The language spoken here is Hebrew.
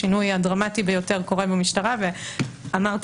השינוי הדרמטי ביותר קורה במשטרה ואמרתי